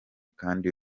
kandi